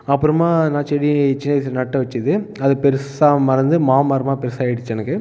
அப்புறமாக நான் செடி சின்ன வயசில் நட்டு வெச்சது அது பெருசாக வளர்ந்து மாமரமாக பெருசாக ஆகிடுச்சு எனக்கு